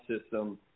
system